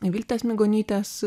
viltės migonytės